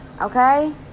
Okay